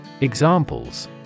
Examples